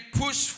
push